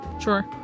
Sure